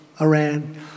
Iran